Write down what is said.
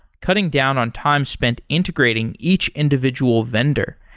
cutting down on time spent integrating each individual vendor.